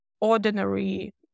ordinary